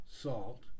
salt